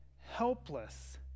helpless